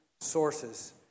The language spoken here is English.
Sources